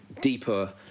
deeper